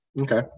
Okay